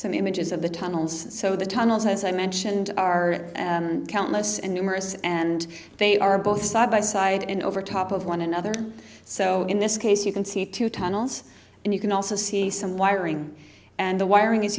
images of the tunnels so the tunnels as i mentioned are countless and numerous and they are both side by side and over top of one another so in this case you can see two tunnels and you can also see some wiring and the wiring i